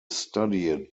studied